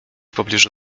pobliżu